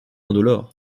indolore